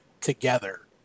together